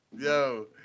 yo